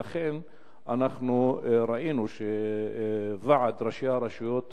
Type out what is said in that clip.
ולכן אנחנו ראינו שוועד ראשי הרשויות